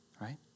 Right